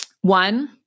One